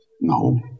No